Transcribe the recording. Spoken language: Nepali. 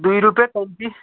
दुई रुपियाँ कम्ती